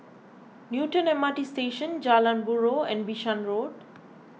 Newton M R T Station Jalan Buroh and Bishan Road